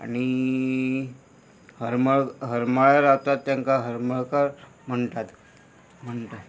आनी हरमळ हरमळ्या रावतात तांकां हरमळकर म्हणटात म्हणटात